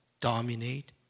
dominate